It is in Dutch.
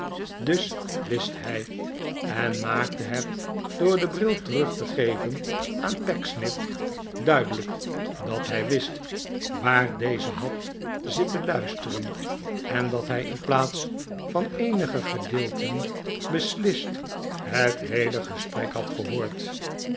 dus wist hij en maakte het door den bril terug te geven aan pecksniff duidelijk dat hij wist r w a a r deze had zitten luisteren en dat hij in plaats van eenige gedeelten beslist het heele gesprek had gehoord